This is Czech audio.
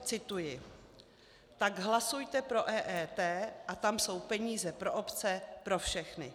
Cituji: Tak hlasujte pro EET a tam jsou peníze pro obce, pro všechny.